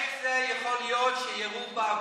אני שואל אותך איך זה יכול להיות שירו באוויר,